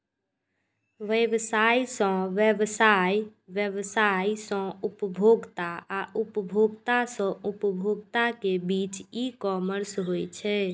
व्यवसाय सं व्यवसाय, व्यवसाय सं उपभोक्ता आ उपभोक्ता सं उपभोक्ता के बीच ई कॉमर्स होइ छै